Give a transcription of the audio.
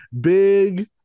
big